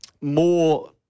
more